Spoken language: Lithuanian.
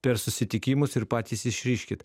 per susitikimus ir patys išriškit